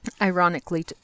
ironically